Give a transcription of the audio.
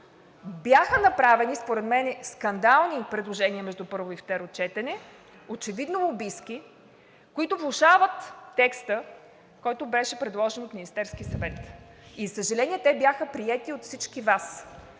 Бяха направени според мен скандални предложения между първо и второ четене, очевидно лобистки, които влошават текста, който беше предложен от Министерския съвет. И за съжаление, те бяха приети от всички Вас